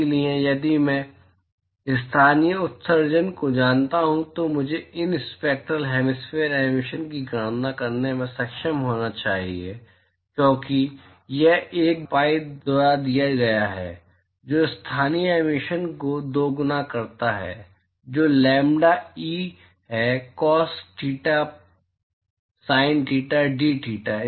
इसलिए यदि मैं स्थानीय उत्सर्जन को जानता हूं तो मुझे इन स्पेक्ट्रल हेमिस्फेरिकल एमिशन की गणना करने में सक्षम होना चाहिए क्योंकि यह 1 द्वारा pi द्वारा दिया गया है जो स्थानीय एमिशन को दोगुना करता है जो लैम्ब्डा ई है कोस थीटा पाप थीटा दथेटा